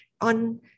on